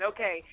Okay